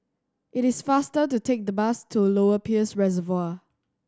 it is faster to take the bus to Lower Peirce Reservoir